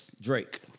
Drake